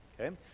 okay